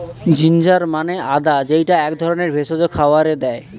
ginger মানে আদা যেইটা এক ধরনের ভেষজ খাবারে দেয়